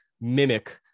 mimic